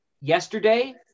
yesterday